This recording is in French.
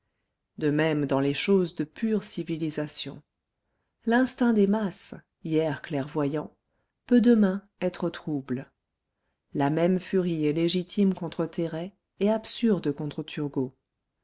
de même dans les choses de pure civilisation l'instinct des masses hier clairvoyant peut demain être trouble la même furie est légitime contre terray et absurde contre turgot